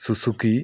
Suzuki